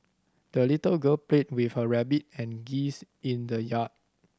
the little girl played with her rabbit and geese in the yard